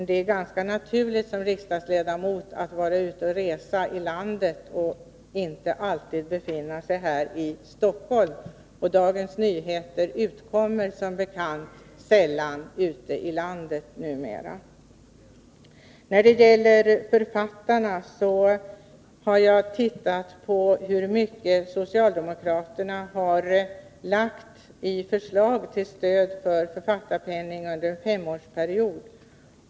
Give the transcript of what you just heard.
Det är ganska naturligt att man som riksdagsledamot reser ute i landet och inte alltid befinner sig här i Stockholm. Och Dagens Nyheter utkommer numera som bekant sällan ute i landet. När det gäller författarna har jag tittat på hur mycket socialdemokraterna har föreslagit i stöd till författarpenning under en femårsperiod.